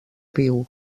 viu